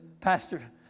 Pastor